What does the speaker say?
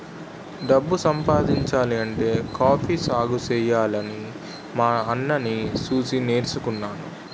డబ్బు సంపాదించాలంటే కాఫీ సాగుసెయ్యాలని మా అన్నని సూసి నేర్చుకున్నాను